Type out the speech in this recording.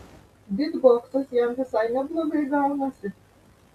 bytboksas jam visai neblogai gaunasi